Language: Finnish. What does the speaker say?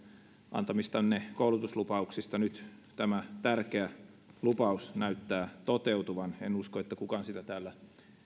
antamistanne koulutuslupauksista nyt tämä tärkeä lupaus näyttää toteutuvan en usko että kukaan sitä täällä